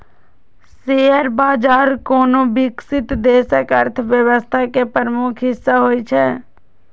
share बाजार कोनो विकसित देशक अर्थव्यवस्था के प्रमुख हिस्सा होइ छै